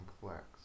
complex